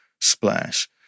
splash